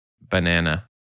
Banana